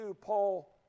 Paul